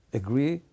agree